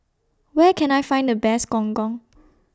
Where Can I Find The Best Gong Gong